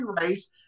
race